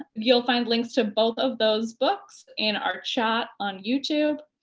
you'll find links to both of those books in our chat on youtube.